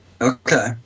Okay